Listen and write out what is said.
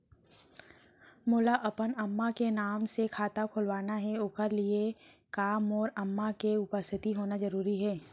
मोला अपन अम्मा के नाम से खाता खोलवाना हे ओखर लिए का मोर अम्मा के उपस्थित होना जरूरी हे?